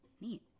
Neat